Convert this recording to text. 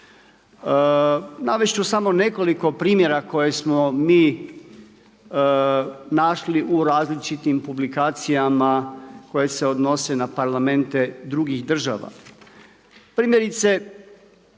Navest ću samo nekoliko primjera koje smo mi našli u različitim publikacijama koje se odnose na parlamente drugih država.